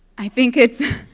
i think it's